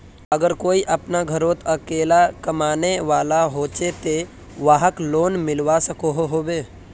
अगर कोई अपना घोरोत अकेला कमाने वाला होचे ते वाहक लोन मिलवा सकोहो होबे?